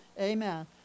Amen